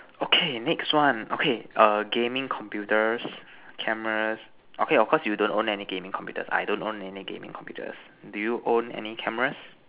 okay next one okay err gaming computers cameras okay of course you don't own any gaming computers I don't own any gaming computers do you own any cameras